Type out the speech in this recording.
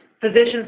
physicians